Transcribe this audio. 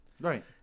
Right